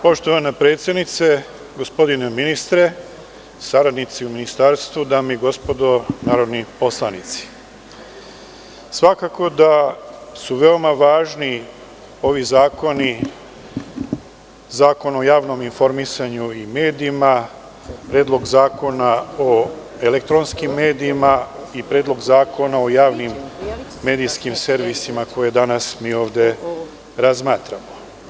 Poštovana predsednice, gospodine ministre, saradnici u Ministarstvu, dame i gospodo narodni poslanici, svakako da su veoma važni ovi zakoni, Zakon o javnom informisanju i medijima, Predlog zakona o elektronskim medijima i Predlog zakona o javnim medijskim servisima, koje danas mi ovde razmatramo.